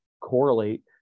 correlate